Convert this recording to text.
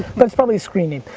but it's probably a screen name.